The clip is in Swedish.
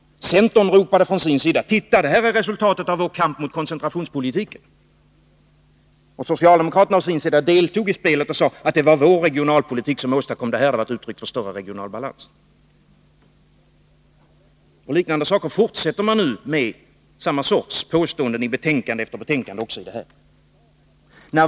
Centern ropade: Titta — det här är resultatet av vår kamp mot koncentrationspolitiken! Och socialdemokraterna på sin sida deltog i spelet och sade att det var deras regionalpolitik som åstadkommit detta, att det var ett uttryck för större regional balans. Samma sorts påståenden fortsätter man nu med i betänkande efter betänkande.